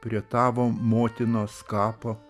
prie tavo motinos kapo